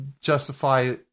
justify